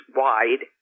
wide